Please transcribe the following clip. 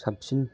साबसिन